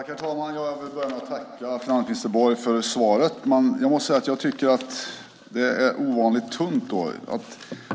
Herr talman! Jag vill börja med att tacka finansminister Borg för svaret, men jag måste säga att jag tycker att det är ovanligt tunt.